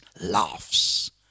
laughs